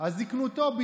זה בסדר גמור.